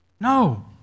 No